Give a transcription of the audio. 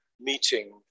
meeting